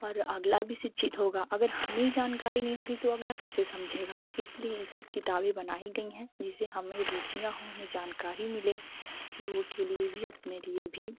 और अगला भी शिक्षित होगा अगर हमें जानकारी नहीं होगी तो अगला कैसे समझेगा इसलिए यह सब किताबें बनाई गई हैं जिससे हमें रुचियाँ हो हमें जानकारी मिले लोगों के लिए भी अपने लिए भी